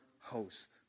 host